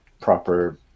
proper